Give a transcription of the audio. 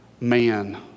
Man